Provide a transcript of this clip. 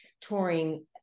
touring